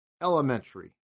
elementary